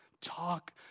Talk